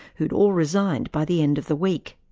who had all resigned by the end of the week.